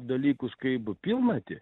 dalykus kaip pilnatį